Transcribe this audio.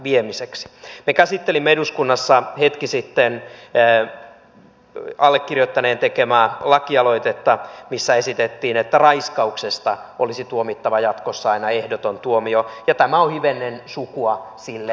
me käsittelimme eduskunnassa hetki sitten allekirjoittaneen tekemää lakialoitetta missä esitettiin että raiskauksesta olisi tuomittava jatkossa aina ehdoton tuomio ja tämä on hivenen sukua sille